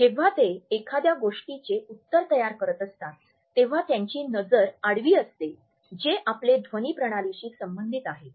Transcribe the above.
जेव्हा ते एखाद्या गोष्टीचे उत्तर तयार करत असतात तेव्हा त्यांची नजर आडवी असते जे आपले ध्वनी प्रणालीशी संबंधित आहे